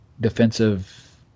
defensive